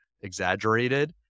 exaggerated